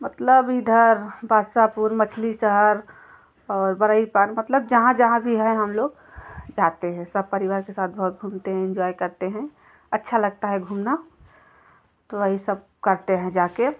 मतलब इधर बादशाहपुर मछली शहर और बरही पान मतलब जहाँ जहाँ भी है हम लोग जाते हैं सब परिवार के साथ बहुत घूमते हैं इंजॉय करते हैं अच्छा लगता है घूमना तो वही सब करते हैं जा कर